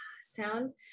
sound